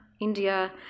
India